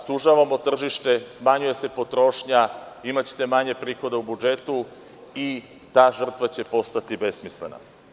Sužavamo tržište, smanjuje se potrošnja, imaćete manje prihoda u budžetu i ta žrtva će postati besmislena.